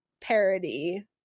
parody